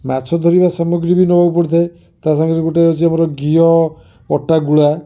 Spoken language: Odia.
ମାଛ ଧରିବା ସାମଗ୍ରୀ ବି ନବାକୁ ପଡ଼ିଥାଏ ତା ସାଙ୍ଗରେ ଗୋଟେ ଅଛି ଆମର ଘିଅ ଅଟା ଗୁଳା